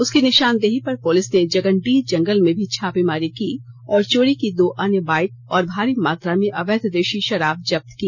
उसकी निशानदेही पर पुलिस ने जगनडीह जंगल में भी छापेमारी की और चोरी की दो अन्य बाइक और भारी मात्रा में अवैध देशी शराब जप्त की